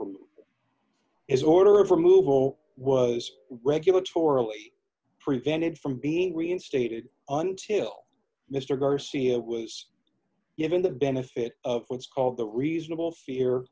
from his order of removal was regular forli prevented from being reinstated until mr garcia was given the benefit of what's called the reasonable